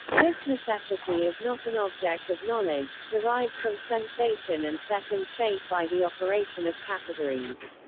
this necessity is not an object of knowledge, derived from sensation and set in shape by the operation of categories.